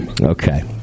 Okay